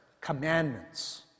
commandments